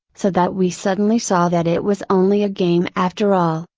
so that we suddenly saw that it was only a game after all,